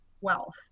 wealth